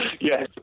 yes